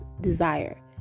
desire